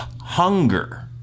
Hunger